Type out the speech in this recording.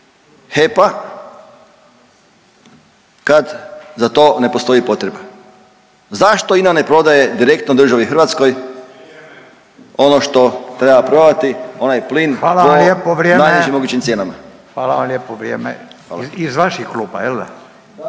HEP-a kad za to ne postoji potreba, zašto INA ne prodaje direktno državi Hrvatskoj ono što treba prodati onaj plin po najnižim mogućim cijenama? **Radin, Furio (Nezavisni)** Hvala vam